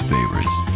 Favorites